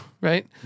right